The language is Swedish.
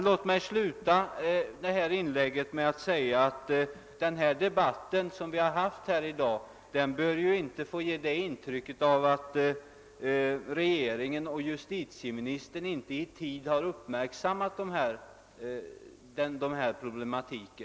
Låt mig sluta detta inlägg med att säga att den debatt som vi fört här i dag inte får ge intryck av att regeringen och justitieministern inte i tid uppmärksammat denna problematik.